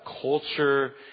culture